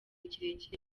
kirekire